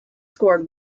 scored